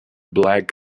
black